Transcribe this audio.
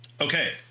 Okay